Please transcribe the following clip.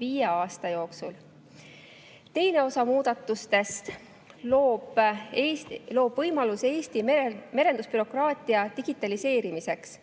viie aasta jooksul. Teine osa muudatustest loob võimaluse Eesti merendusbürokraatia digitaliseerimiseks,